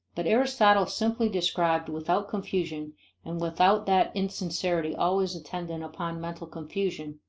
but aristotle simply described without confusion and without that insincerity always attendant upon mental confusion,